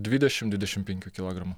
dvidešim dvidešim penkių kilogramų